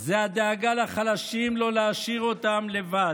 הוא הדאגה לחלשים, לא להשאיר אותם לבד.